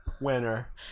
winner